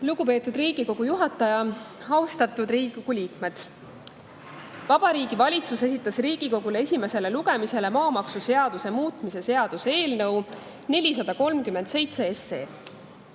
Lugupeetud Riigikogu juhataja! Austatud Riigikogu liikmed! Vabariigi Valitsus esitas Riigikogule esimesele lugemisele maamaksuseaduse muutmise seaduse eelnõu 437.